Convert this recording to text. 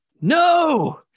No